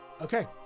Okay